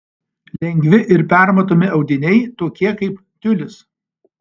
lengvi ir permatomi audiniai tokie kaip tiulis